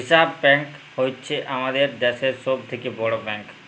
reserve bank হ্য়চ্ছ হামাদের দ্যাশের সব থেক্যে বড় ব্যাঙ্ক